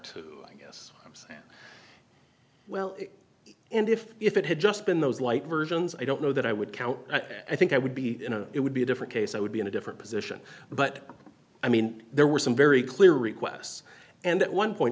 two i guess i'm saying well and if if it had just been those light versions i don't know that i would count i think i would be you know it would be a different case i would be in a different position but i mean there were some very clear requests and at one point